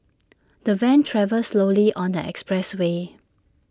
the van travelled slowly on the expressway